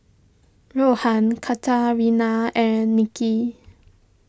Rohan Katarina and Nicky